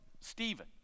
Stephen